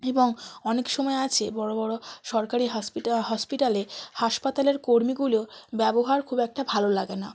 এবং অনেক সময় আছে বড় বড় সরকারি হসপিটাল হসপিটালে হাসপাতালের কর্মীগুলোর ব্যবহার খুব একটা ভালো লাগে না